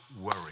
worry